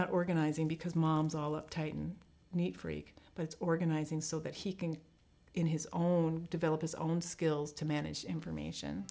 not organizing because moms all uptight and neat freak but organizing so that he can in his own develop his own skills to manage information